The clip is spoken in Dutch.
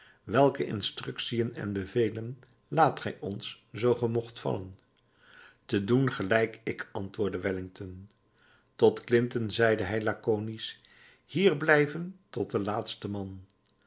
welke instructiën en bevelen laat gij ons zoo ge mocht vallen te doen gelijk ik antwoordde wellington tot clinton zeide hij lakonisch hier blijven tot den laatsten man